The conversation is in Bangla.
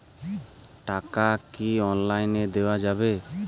টাকা কি অনলাইনে দেওয়া যাবে?